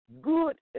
Good